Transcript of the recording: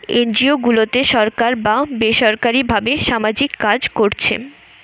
NGO গুলাতে সরকার বা বেসরকারী ভাবে সামাজিক কাজ কোরছে